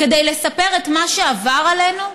כדי לספר את מה שעבר עלינו?